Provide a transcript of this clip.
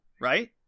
right